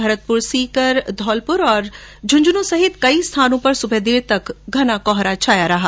भरतपुर सीकर धौलपुर और झुंझुनूं सहित कई स्थानों पर सुबह देर तक घना कोहरा छाया रहा